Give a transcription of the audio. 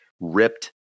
ripped